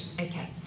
Okay